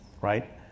right